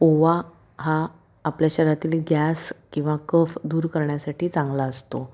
ओवा हा आपल्या शरीरातील गॅस किंवा कफ दूर करण्यासाठी चांगला असतो